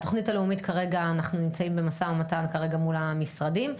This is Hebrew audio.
כרגע אנחנו נמצאים במשא ומתן מול המשרדים.